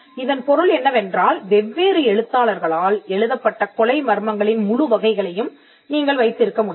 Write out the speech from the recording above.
இதன் பொருள் என்னவென்றால் வெவ்வேறு எழுத்தாளர்களால் எழுதப்பட்ட கொலை மர்மங்களின் முழு வகைகளையும் நீங்கள் வைத்திருக்க முடியும்